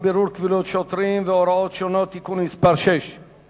בירור קבילות שוטרים והוראות שונות) (תיקון מס' 6),